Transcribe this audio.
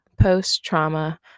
post-trauma